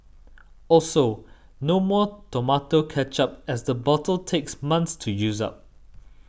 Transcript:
also no more tomato ketchup as a bottle takes months to use up